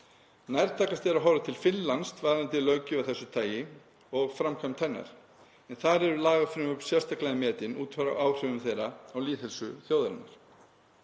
Nærtækast er að horfa til Finnlands varðandi löggjöf af þessu tagi og framkvæmd hennar, en þar eru lagafrumvörp sérstaklega metin út frá áhrifum þeirra á lýðheilsu þjóðarinnar.